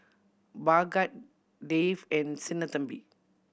Bhagat Dev and Sinnathamby